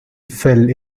fell